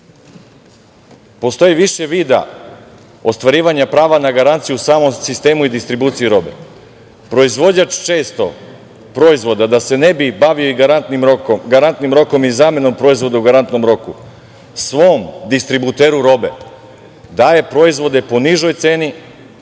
više vida ostvarivanja prava na garanciju u samom sistemu i distribuciji robe. Proizvođač proizvoda često da se ne bi bavio i garantnim rokom i zamenom proizvoda u garantnom roku, svom distributeru robe daje proizvode po nižoj ceni,